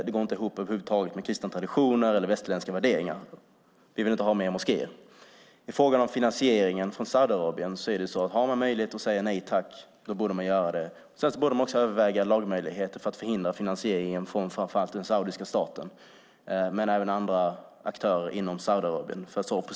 Det går inte ihop över huvud taget med kristna traditioner eller västerländska värderingar. Vi vill inte ha mer moskéer. I fråga om finansieringen från Saudiarabien är det så att har man möjlighet att säga nej tack så borde man göra det. Sedan borde man också överväga lagmöjligheter för att förhindra finansieringen från framför allt den saudiska staten men även andra aktörer inom Saudiarabien.